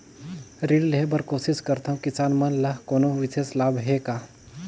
ऋण लेहे बर कोशिश करथवं, किसान मन ल कोनो विशेष लाभ हे का?